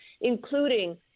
including